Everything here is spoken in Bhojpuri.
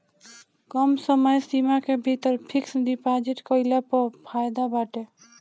कम समय सीमा के भीतर फिक्स डिपाजिट कईला पअ फायदा बाटे